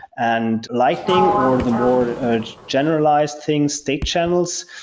and lightning or the more generalized thing, state channels,